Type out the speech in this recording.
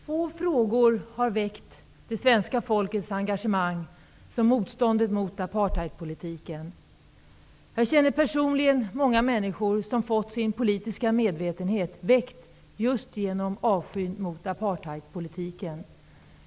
Fru talman! Få frågor har väckt det svenska folkets engagemang som motståndet mot apartheidpolitiken. Jag känner personligen många människor som fått sin politiska medvetenhet väckt genom just avskyn mot apartheidpolitiken.